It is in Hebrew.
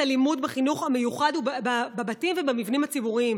הלימוד בחינוך המיוחד בבתים ובמבנים הציבוריים,